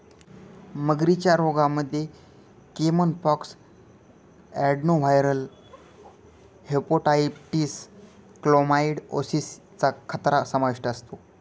मगरींच्या रोगांमध्ये caiman pox, adenoviral hepatitis, chlamydiosis चा खतरा समाविष्ट असतो